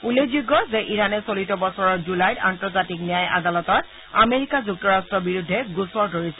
উল্লেখযোগ্য যে ইৰানে চলিত বছৰৰ জুলাইত আন্তৰ্জাতিক ন্যায় আদালতত আমেৰিকা যুক্তৰাষ্টৰ বিৰুদ্ধে গোচৰ তৰিছিল